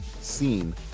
seen